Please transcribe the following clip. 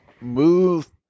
move